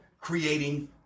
creating